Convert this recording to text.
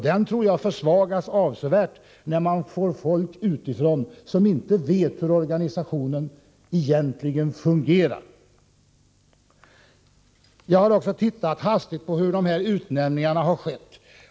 Den verksamheten försvagas avsevärt när man får folk utifrån som inte vet hur organisationen egentligen fungerar. Jag har också hastigt tittat på hur utnämningarna har skett.